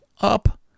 up